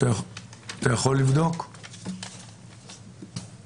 אני מקווה